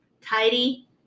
Tidy